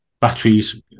batteries